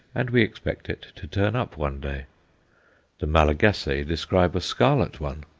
and we expect it to turn up one day the malagasy describe a scarlet one.